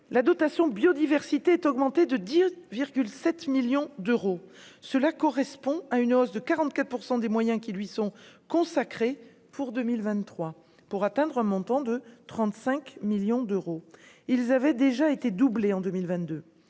la dotation biodiversité est augmenté de 10,7 millions d'euros, cela correspond à une hausse de 44 % des moyens qui lui sont consacrés, pour 2023 pour atteindre un montant de 35 millions d'euros, ils avaient déjà été doublés en 2022